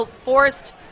forced